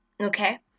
okay